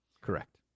Correct